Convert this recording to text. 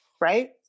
Right